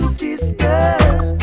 sisters